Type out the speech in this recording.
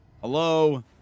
Hello